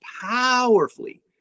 powerfully